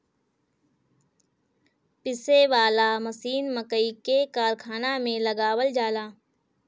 पीसे वाला मशीन मकई के कारखाना में लगावल जाला